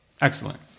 excellent